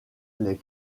les